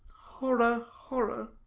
horror, horror!